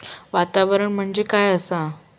वातावरण म्हणजे काय आसा?